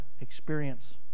experience